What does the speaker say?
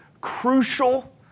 crucial